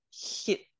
hit